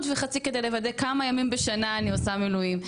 וחצי כדי לוודא כמה ימים בשנה אני עושה מילואים,